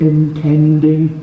intending